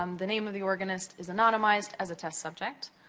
um the name of the organist is anonymized, as a test subject.